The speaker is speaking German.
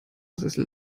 sessel